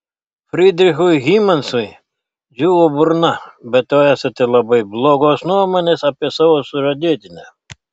frydrichui hymansui džiūvo burna be to esate labai blogos nuomonės apie savo sužadėtinį